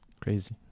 crazy